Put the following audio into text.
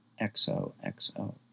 XOXO